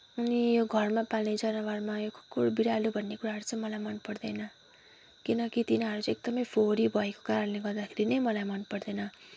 अनि यो घरमा पाल्ने जनावरमा यो कुकुर बिरालो भन्ने कुराहरू चाहिँ मलाई मनपर्दैन किनकि तिनीहरू चाहिँ एकदमै फोहोरी भएको कारणले गर्दाखेरि नै मलाई मनपर्दैन